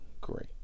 great